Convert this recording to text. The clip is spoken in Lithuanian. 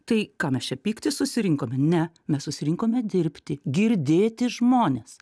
tai ką mes čia pyktis susirinkome ne mes susirinkome dirbti girdėti žmones